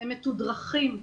הם מתודרכים,